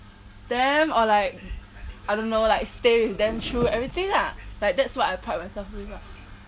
them or like I don't know like stay with them through everything lah like that's what I pride myself with lah